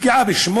פגיעה בשמו